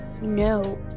no